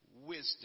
wisdom